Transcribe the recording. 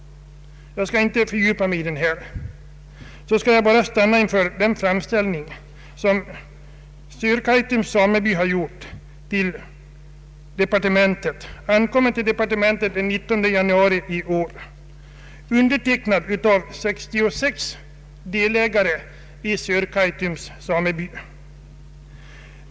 Jag skall inte fördjupa mig mera i denna skrivelse, men jag skall stanna inför den framställning som Sörkaitums sameby gjort till jordbruksdepartementet. Den inkom till departementet den 19 januari i år och är undertecknad av 66 delägare i Sörkaitums sameby.